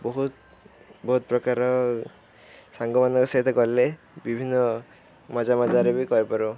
ବହୁତ ବହୁତ ପ୍ରକାର ସାଙ୍ଗମାନଙ୍କ ସହିତ କଲେ ବିଭିନ୍ନ ମଜାମଜାରେ ବି କରିପାରୁ